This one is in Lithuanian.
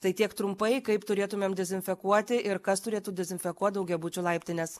tai tiek trumpai kaip turėtumėm dezinfekuoti ir kas turėtų dezinfekuot daugiabučių laiptines